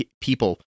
people